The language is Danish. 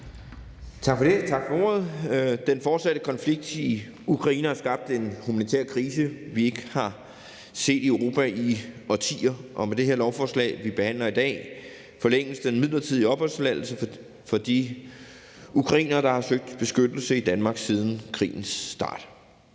Tak for det, og tak for ordet. Den fortsatte konflikt i Ukraine har skabt en humanitære krise, vi ikke har set i Europa i årtier, og med det lovforslag, vi behandler her i dag, forlænges den midlertidige opholdstilladelse for de ukrainere, der har søgt beskyttelse i Danmark siden krigens start.